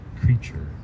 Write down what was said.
creature